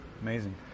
Amazing